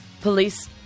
Police